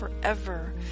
forever